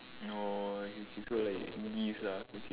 oh so it's like gifts lah okay